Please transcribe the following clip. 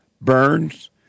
Burns